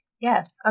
Yes